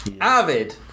avid